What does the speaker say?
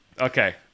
okay